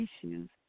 issues